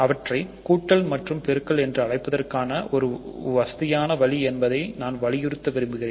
அவற்றை கூட்டல் மற்றும் பெருக்கல் என்று அழைப்பதற்கான ஒரு வசதியான வழி என்பதையும் நான் வலியுறுத்த விரும்புகிறேன்